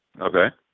Okay